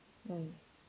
mm